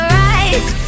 rise